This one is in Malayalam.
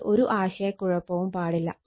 ഇതിൽ ഒരു ആശയക്കുഴപ്പവും പാടില്ല